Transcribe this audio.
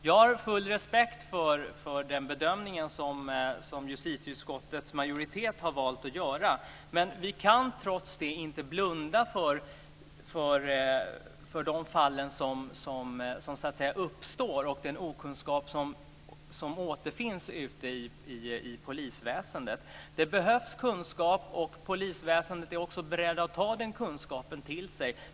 Jag har full respekt för den bedömning som justitieutskottets majoritet har valt att göra. Vi kan trots det inte blunda för de fall som uppstår och den okunskap som återfinns i polisväsendet. Det behövs kunskap, och polisväsendet är också berett att ta till sig den kunskapen.